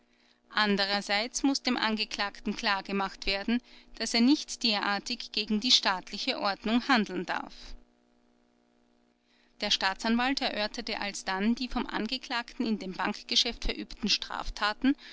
andererseits muß dem angeklagten klargemacht werden daß er nicht derartig gegen die staatliche ordnung handeln darf der staatsanwalt erörterte alsdann die vom angeklagten in dem bankgeschäft verübten straftaten